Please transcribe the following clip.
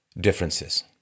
differences